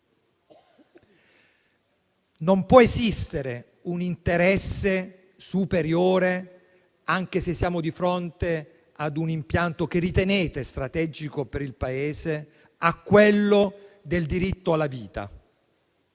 Non può esistere un interesse superiore, anche se siamo di fronte a un impianto che ritenete strategico per il Paese, a quello del diritto alla vita,